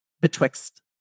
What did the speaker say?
betwixt